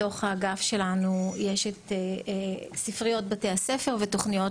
בתוך האגף שלנו יש את ספריות בתי הספר ותוכניות